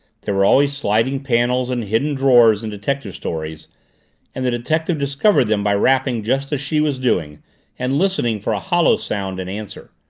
there were always sliding panels and hidden drawers in detective stories and the detective discovered them by rapping just as she was doing and listening for a hollow sound in answer.